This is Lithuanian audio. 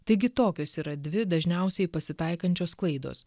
taigi tokios yra dvi dažniausiai pasitaikančios klaidos